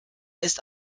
ist